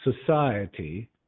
society